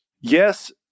yes